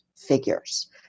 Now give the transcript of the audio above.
figures